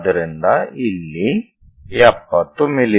ಆದ್ದರಿಂದ ಇಲ್ಲಿ 70 ಮಿ